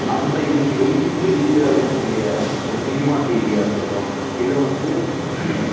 அந்த இன்றைக்கி வெளியீட்டு வெளியீடாக இருக்கக்கூடிய ஒரு சினிமா செய்தியாக இருக்கட்டும் இல்லை வந்து